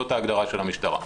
זאת ההגדרה של המשטרה.